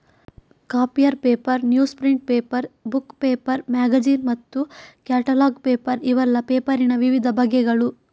copier paper, news print paper, book paper, magazine ಮತ್ತು catalogue paper ಇವೆಲ್ಲ ಪೇಪರಿನ ವಿವಿಧ ಬಗೆಗಳು